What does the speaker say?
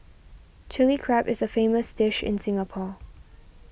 Chilli Crab is a famous dish in Singapore